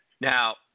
Now